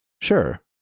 Sure